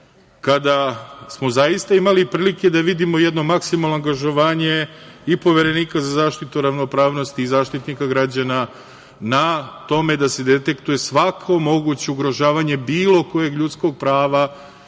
kada smo zaista imali prilike da vidimo jedno maksimalno angažovanje i Poverenika za zaštitu ravnopravnosti i Zaštitnika građana na tome da se detektuje svako moguće ugrožavanje bilo kojeg ljudskog prava